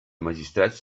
magistrats